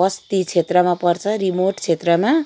बस्ती क्षेत्रमा पर्छ रिमोट क्षेत्रमा